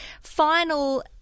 Final